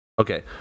Okay